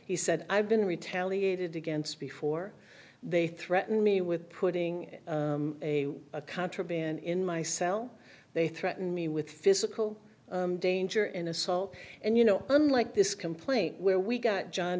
he said i've been retaliated against before they threaten me with putting a contraband in my cell they threaten me with physical danger and assault and you know unlike this complaint where we got john